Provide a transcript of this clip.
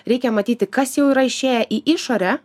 reikia matyti kas jau yra išėję į išorę